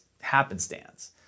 happenstance